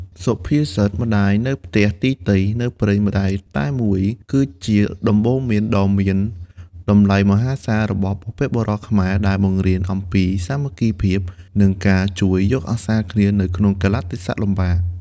សុភាសិត «នៅផ្ទះម្ដាយទីទៃ នៅព្រៃម្ដាយតែមួយ» គឺជាដំបូន្មានដ៏មានតម្លៃមហាសាលរបស់បុព្វបុរសខ្មែរ ដែលបង្រៀនអំពីសាមគ្គីភាព និងការជួយយកអាសាគ្នានៅក្នុងកាលៈទេសៈលំបាក។